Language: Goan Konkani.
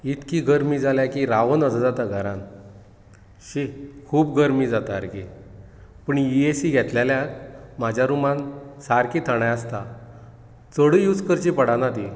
इतली गर्मी जाल्या की रावो नजों जाता घरान शी खूब गर्मी जाता सारकी पूण ही एसी घेतलेल्याक म्हाज्या रूमांत सारकी थंडाय आसता चडूय यूज करची पडाना ती